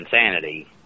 insanity